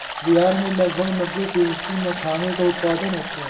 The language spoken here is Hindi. बिहार में लगभग नब्बे फ़ीसदी मखाने का उत्पादन होता है